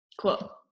Cool